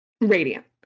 Radiant